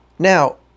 Now